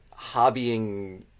hobbying